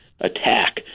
attack